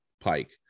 pike